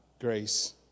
grace